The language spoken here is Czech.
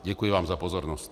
Děkuji vám za pozornost.